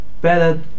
Better